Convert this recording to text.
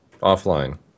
offline